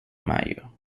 mayo